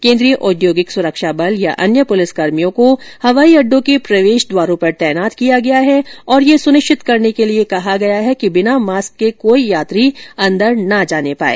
केंद्रीय औद्योगिक सुरक्षा बल या अन्य पुलिसकर्मियों को हवाई अड्डों के प्रवेश द्वारों पर तैनात किया गया है और यह सुनिश्चित करने के लिए कहा गया है कि बिना मास्क के कोई यात्री अंदर नहीं जाने पाए